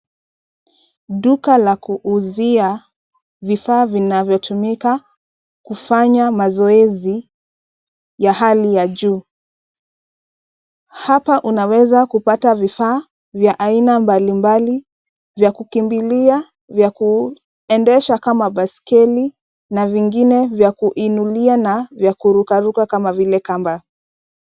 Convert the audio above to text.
Duka la kuuzia vifaa vinavyotumika kufanya mazoezi ya hali ya juu. Hapa unaweza kupata vifaa vya aina mbalimbali, vya kukimbilia, vya kuendesha kama baiskeli, na vingine vya kuinulia, na vya kurukaruka kama vile kamba.